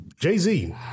Jay-Z